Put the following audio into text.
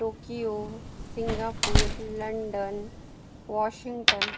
Tokyo Singapore London Washington